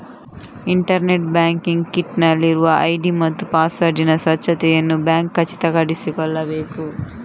internet banking kit ನಲ್ಲಿರುವ ID ಮತ್ತು ಪಾಸ್ವರ್ಡಿನ ಸ್ಪಷ್ಟತೆಯನ್ನು ಬ್ಯಾಂಕ್ ಖಚಿತಪಡಿಸಿಕೊಳ್ಳಬೇಕು